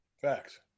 Facts